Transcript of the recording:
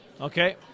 Okay